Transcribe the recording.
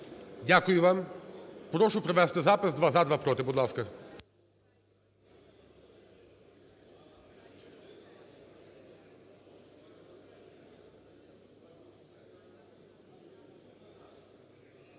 Дякую вам. Прошу провести запис: два – за, два – проти. Будь ласка.